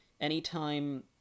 Anytime